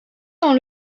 dans